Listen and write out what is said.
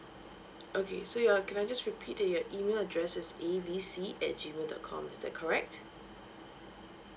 okay so you're can I just repeat your email address is A B C at G mail dot com is that correct